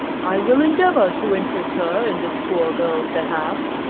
i will endeavour to interest her in this poor girl's behalf,